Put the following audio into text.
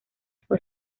fue